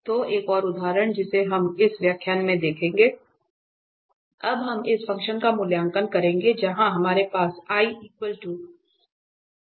तो एक और उदाहरण जिसे हम इस व्याख्यान में देखेंगे अब हम इस फ़ंक्शन का मूल्यांकन करेंगे जहां हमारे पास है